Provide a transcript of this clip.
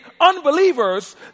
unbelievers